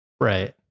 Right